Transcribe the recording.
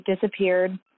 disappeared